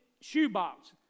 shoebox